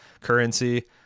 currency